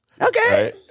Okay